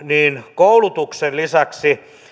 koulutuksen lisäksi